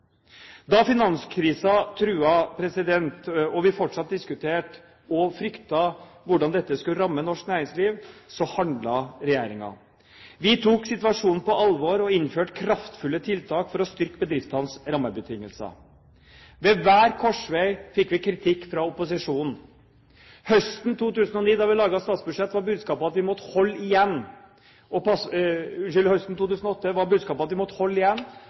Da finanskrisen truet og vi fortsatt diskuterte og fryktet hvordan dette skulle ramme norsk næringsliv, handlet regjeringen. Vi tok situasjonen på alvor og innførte kraftfulle tiltak for å styrke bedriftenes rammebetingelser. Ved hver korsvei fikk vi kritikk fra opposisjonen. Høsten 2008, da vi laget statsbudsjettet, var budskapet at vi måtte holde igjen og